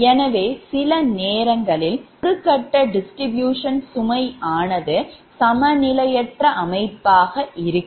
எனவே சில நேரங்களில் ஒரு 3 கட்ட distribution சுமை ஆனது சமநிலையற்ற அமைப்பாக இருக்கும்